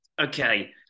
okay